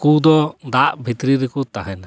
ᱦᱟᱹᱠᱩ ᱫᱚ ᱫᱟᱜ ᱵᱷᱤᱛᱨᱤ ᱨᱮᱠᱚ ᱛᱟᱦᱮᱱᱟ